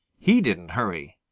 he didn't hurry.